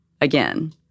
again